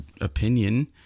opinion